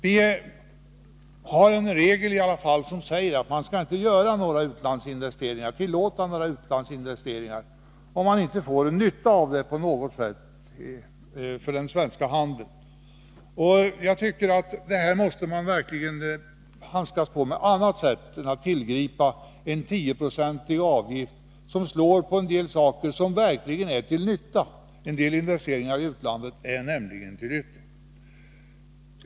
Vi har en regel som säger att man inte skall tillåta utlandsinvesteringar, om inte den svenska handeln får nytta av dem på något sätt. Jag tycker att man måste handskas med dessa ting på annat sätt än att tillgripa en tioprocentig avgift, som drabbar en del saker som verkligen är till nytta. Vissa investeringar i utlandet är nämligen till nytta.